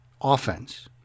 offense